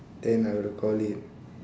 then I will call it